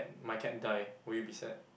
my cat died will you be sad